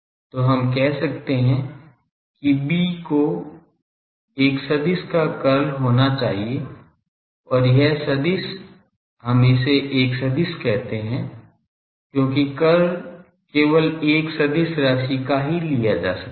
तो हम कह सकते हैं कि B को एक सदिश का कर्ल होना चाहिए और यह सदिश हम इसे एक सदिश कहते हैं क्योंकि कर्ल केवल एक सदिश राशि का ही लिया जा सकता है